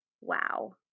wow